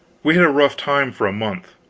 we had a rough time for a month,